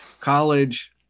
college